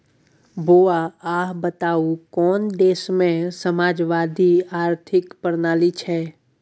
बौआ अहाँ बताउ कोन देशमे समाजवादी आर्थिक प्रणाली छै?